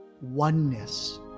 oneness